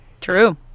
True